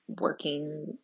working